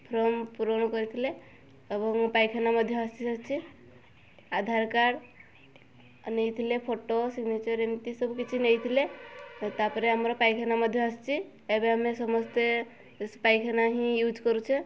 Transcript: form ପୂରଣ କରିଥିଲେ ଏବଂ ପାଇଖାନା ମଧ୍ୟ ଆସିସାରିଛି ଆଧାର କାର୍ଡ଼ ନେଇଥିଲେ ଫଟୋ ସିଗ୍ନେଚର୍ ଏମିତି ସବୁ କିଛି ନେଇଥିଲେ ତା'ପରେ ଆମର ପାଇଖାନା ମଧ୍ୟ ଆସିଛି ଏବେ ଆମେ ସମସ୍ତେ ପାଇଖାନା ହିଁ ୟୁଜ୍ କରୁଛେ